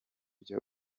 byo